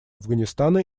афганистана